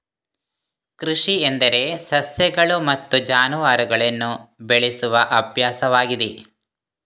ಕೃಷಿ ಎಂದರೆ ಸಸ್ಯಗಳು ಮತ್ತು ಜಾನುವಾರುಗಳನ್ನು ಬೆಳೆಸುವ ಅಭ್ಯಾಸವಾಗಿದೆ